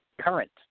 current